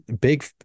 big